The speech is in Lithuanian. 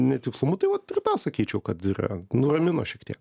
netikslumų tai vat ir tą sakyčiau kad yra nuramino šiek tie